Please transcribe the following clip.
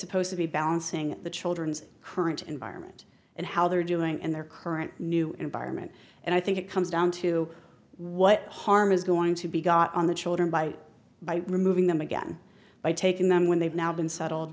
supposed to be balancing the children's current environment and how they're doing in their current new environment and i think it comes down to what harm is going to be got on the children by by removing them again by taking them when they've now been settled